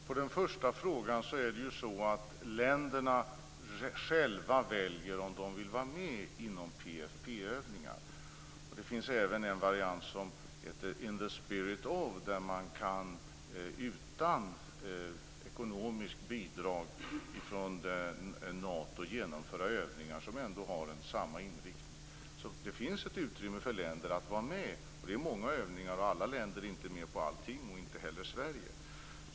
Herr talman! När det gäller den första frågan är det på det sättet att länderna själva väljer om de vill vara med i PFF-övningar. Det finns även en variant som heter In the spirit of, där man utan ekonomiskt bidrag från Nato kan genomföra övningar som har samma inriktning. Det finns alltså ett utrymme för länder att vara med. Det är fråga om många övningar, och alla länder är inte med på allt, inte heller Sverige.